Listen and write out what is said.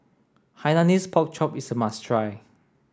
Hainanese pork chop is a must try